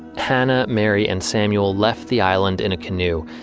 hannah, mary and samuel left the island in a canoe.